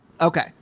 Okay